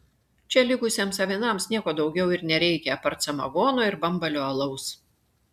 čia likusiems avinams nieko daugiau ir nereikia apart samagono ir bambalio alaus